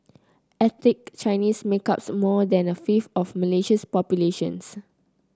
ethnic Chinese make up more than a fifth of Malaysia's population